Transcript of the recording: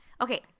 okay